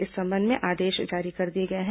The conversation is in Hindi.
इस संबंध में आदेश जारी कर दिए गए हैं